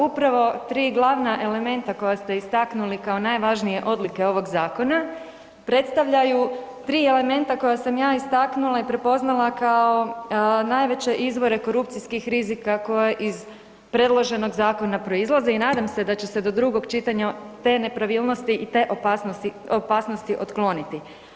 Upravo tri glavna elementa koja ste istaknuli kao najvažnije odlike ovog zakona, predstavljaju tri elementa koja sam ja istaknula i prepoznala kao najveće izvore korupcijskih rizika koje iz predloženog zakona proizlaze i nadam se da će se do drugog čitanja te nepravilnosti i te opasnosti otkloniti.